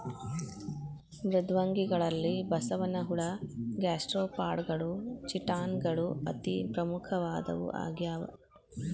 ಮೃದ್ವಂಗಿಗಳಲ್ಲಿ ಬಸವನಹುಳ ಗ್ಯಾಸ್ಟ್ರೋಪಾಡಗಳು ಚಿಟಾನ್ ಗಳು ಅತಿ ಪ್ರಮುಖವಾದವು ಆಗ್ಯಾವ